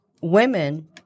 women